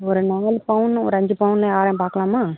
ஒரு நாலு பவுன்னு ஒரு அஞ்சு பவுன்னு ஆரம் பார்க்கலாமா